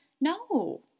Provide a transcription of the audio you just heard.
no